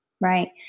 Right